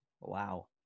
Wow